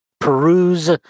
Peruse